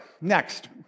next